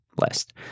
list